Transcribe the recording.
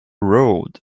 road